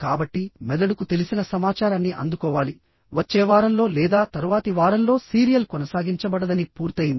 కాబట్టి మెదడుకు తెలిసిన సమాచారాన్ని అందుకోవాలివచ్చే వారంలో లేదా తరువాతి వారంలో సీరియల్ కొనసాగించబడదని పూర్తయింది